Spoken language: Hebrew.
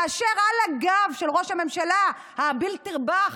מאשר על הגב של ראש הממשלה ה"הבל תרבח"